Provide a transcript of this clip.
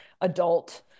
adult